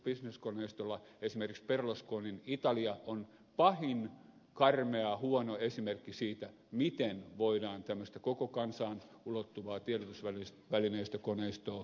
esimerkiksi berlusconin italia on pahin karmea huono esimerkki siitä miten voidaan tämmöistä koko kansaan ulottuvaa tiedotusvälineistökoneistoa käyttää väärin